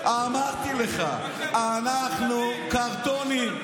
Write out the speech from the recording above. אמרתי לך, אנחנו קרטונים.